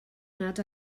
nad